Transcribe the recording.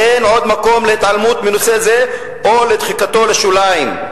אין עוד מקום להתעלמות מנושא זה או לדחיקתו לשוליים.